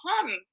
come